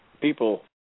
people